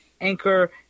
Anchor